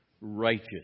righteous